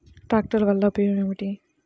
ట్రాక్టర్లు వల్లన ఉపయోగం ఏమిటీ?